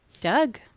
Doug